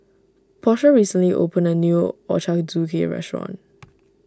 Portia recently opened a new Ochazuke restaurant